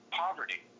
poverty